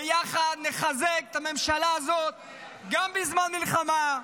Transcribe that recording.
ביחד נחזק את הממשלה הזו גם בזמן מלחמה,